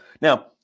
Now